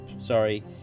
sorry